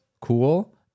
cool